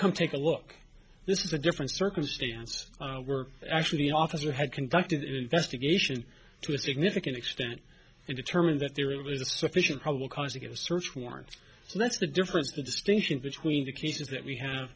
come take a look this is a different circumstance were actually the officer had conducted an investigation to a significant extent and determined that there was a sufficient probable cause to get a search warrant so that's the difference the distinction between the cases that we have